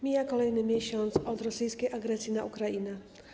Mija kolejny miesiąc od początku rosyjskiej agresji na Ukrainę.